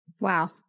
Wow